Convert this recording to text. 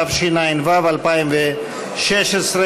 התשע"ו 2016,